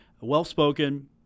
well-spoken